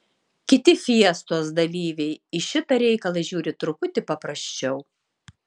kiti fiestos dalyviai į šitą reikalą žiūri truputį paprasčiau